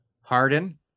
Harden